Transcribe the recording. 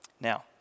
Now